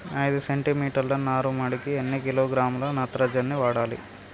ఐదు సెంటి మీటర్ల నారుమడికి ఎన్ని కిలోగ్రాముల నత్రజని వాడాలి?